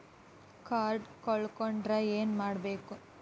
Card ಕಳ್ಕೊಂಡ್ರ ಏನ್ ಮಾಡಬೇಕು?